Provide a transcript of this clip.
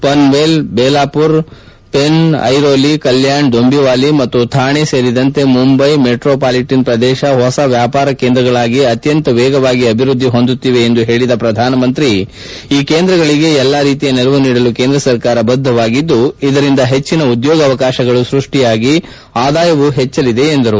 ಪನ್ನೇಲ್ ಬೆಲಾಪುರ್ ಪೆನ್ ಐರೋಲಿ ಕಲ್ಯಾಣ್ ದೊಂಬಿವಿಲಿ ಮತ್ತು ಥಾಣೆ ಸೇರಿದಂತೆ Mumbai metropolitan ಪ್ರದೇಶ ಹೊಸ ವ್ಯಾಪಾರ ಕೇಂದ್ರಗಳಾಗಿ ಅತ್ಯಂತ ವೇಗವಾಗಿ ಅಭಿವ್ವದ್ದಿ ಹೊಂದುತ್ತಿವೆ ಎಂದು ಹೇಳಿದ ಪ್ರಧಾನಮಂತ್ರಿ ಈ ಕೇಂದ್ರಗಳಿಗೆ ಎಲ್ಲ ರೀತಿಯ ನೆರವು ನೀಡಲು ಕೇಂದ್ರ ಸರ್ಕಾರ ಬದ್ದವಾಗಿದ್ದು ಇದರಿಂದ ಹೆಚ್ಚಿನ ಉದ್ಯೋಗಾವಕಾಶಗಳು ಸೃಷ್ಷಿಯಾಗಿ ಆದಾಯವೂ ಹೆಚ್ಚಲಿದೆ ಎಂದರು